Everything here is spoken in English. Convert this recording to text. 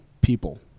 people